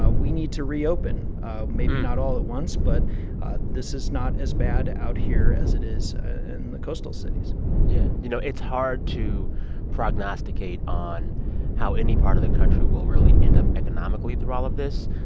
ah we need to reopen maybe not all at once. but this is not as bad out here as it is in and the coastal cities yeah. you know, it's hard to prognosticate on how any part of the country will really end up economically through all of this,